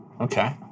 Okay